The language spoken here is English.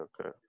okay